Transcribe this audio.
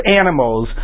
animals